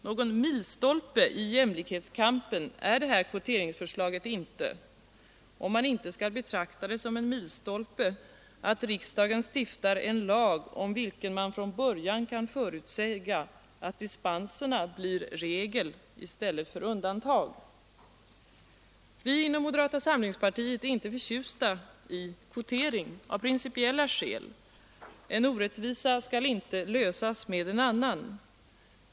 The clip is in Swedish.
Någon milstolpe i jämlikhetskampen är kvoteringsförslaget inte — om man inte skall betrakta det som en milstolpe att riksdagen stiftar en lag, om vilken man från början kan förutsäga att dispenserna blir regel i stället för undantag. Vi inom moderata samlingspartiet är av principiella skäl inte förtjusta i kvoteringar — en orättvisa skall inte avhjälpas med en annan.